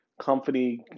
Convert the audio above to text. company